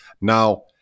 Now